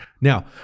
Now